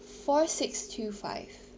four six two five